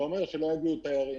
זה אומר שלא יגיעו תיירים.